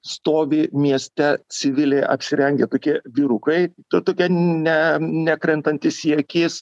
stovi mieste civiliai apsirengę tokie vyrukai tai tokie ne nekrentantys į akis